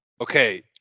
Okay